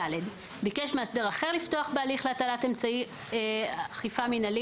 ביקש מאסדר אחר לפתוח בהליך להטלת אמצע אכיפה מינהלי